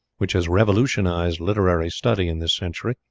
which has revolutionized literary study in this century,